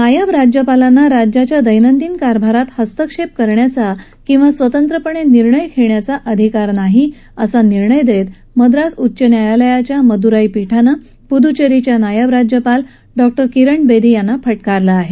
नायब राज्यपालांना राज्याच्या दैनंदिन कारभारात हस्तक्षेप करण्याचा अथवा स्वतंत्रपणे निर्णय घेण्याचा कुठलाही अधिकार नाही असा निर्णय देत मद्रास उच्च न्यायालयाच्या मदुराई पीठानं पुदुचेरीच्या नायब राज्यपाल डॉक्टर किरण बेदी यांना फटकारलं आहे